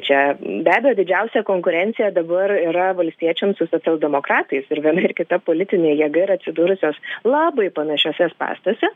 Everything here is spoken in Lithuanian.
čia be abejo didžiausia konkurencija dabar yra valstiečiams su socialdemokratais ir viena ir kita politinė jėga yra atsidūrusios labai panašiuose spąstuose